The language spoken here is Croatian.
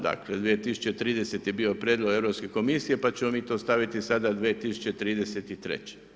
Dakle, 2030. je bio prijedlog Europske komisije, pa ćemo mi to staviti sada 2033.